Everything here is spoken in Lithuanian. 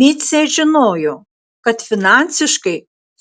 micė žinojo kad finansiškai